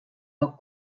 poc